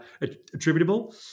attributable